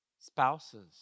Spouses